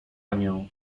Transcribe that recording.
anię